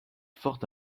forte